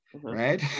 Right